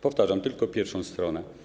Powtarzam: tylko pierwszą stronę.